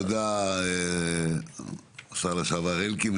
תודה רבה לשר אלקין.